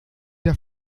der